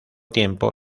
tiempo